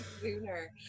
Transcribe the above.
sooner